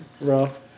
Rough